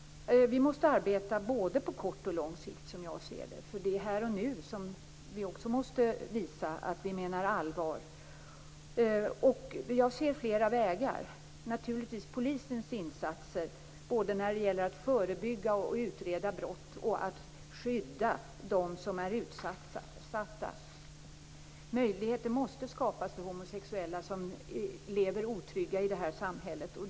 Vi måste arbeta både på kort och lång sikt, som jag ser det. Det är här och nu som vi också måste visa att vi menar allvar. Jag ser flera vägar. Vi har polisens insatser, både när det gäller att förebygga och utreda brott och att skydda de som är utsatta. Möjligheter måste skapas för homosexuella som lever otrygga i det här samhället.